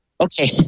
Okay